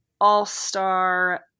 All-Star